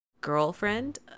girlfriend